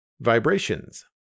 Vibrations